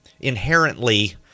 inherently